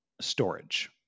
storage